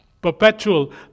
perpetual